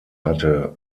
hatte